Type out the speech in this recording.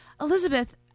Elizabeth